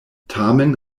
tamen